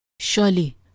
Surely